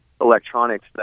electronics